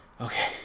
okay